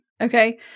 Okay